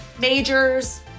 majors